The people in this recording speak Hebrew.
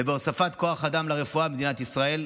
והוספת כוח אדם לרפואה במדינת ישראל,